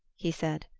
he said.